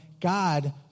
God